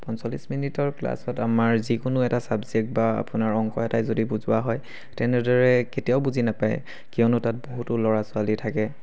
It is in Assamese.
পঞ্চল্লিছ মিনিটৰ ক্লাছত আমাৰ যিকোনো এটা ছাবজেক্ট বা আপোনাৰ অংক এটাই যদি বুজোৱা হয় তেনেদৰে কেতিয়াও বুজি নাপায় কিয়নো তাত বহুতো ল'ৰা ছোৱালী থাকে